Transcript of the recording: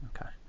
Okay